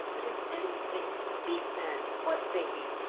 but, in heaven's name, speak, man! what lady?